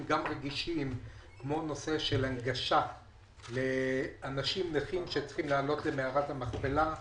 רגישים כמו הנושא של הנגשה לאנשים נכים שצריכים לעלות למערת המכפלה,